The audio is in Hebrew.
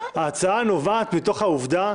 ההצעה נובעת מהעובדה,